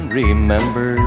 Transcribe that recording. remember